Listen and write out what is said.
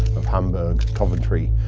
of um but coventry.